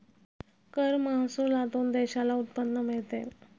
कर महसुलातून देशाला उत्पन्न मिळते